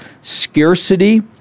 scarcity